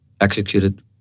executed